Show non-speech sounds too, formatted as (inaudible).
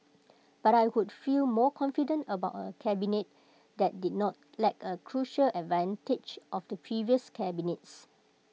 but I would feel more confident about (noise) A cabinet that did not lack A crucial advantage of the previous cabinets